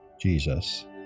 Jesus